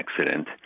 accident